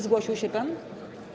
Zgłosił się pan?